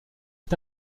est